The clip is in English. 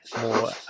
more